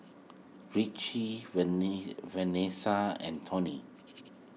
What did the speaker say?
Ricci Venessa and Tony